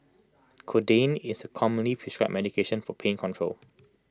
codeine is A commonly prescribed medication for pain control